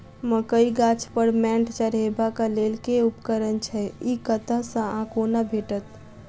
मकई गाछ पर मैंट चढ़ेबाक लेल केँ उपकरण छै? ई कतह सऽ आ कोना भेटत?